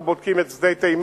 אנחנו בודקים את שדה תימן.